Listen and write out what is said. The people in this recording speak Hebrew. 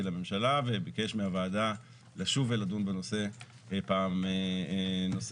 לממשלה וביקש מהוועדה לשוב ולדון בנושא פעם נוספת.